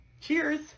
Cheers